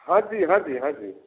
हाँ जी हाँ जी हाँ जी